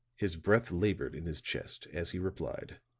his breath labored in his chest as he replied